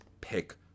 pick